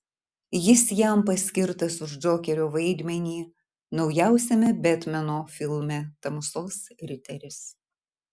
jis jam paskirtas už džokerio vaidmenį naujausiame betmeno filme tamsos riteris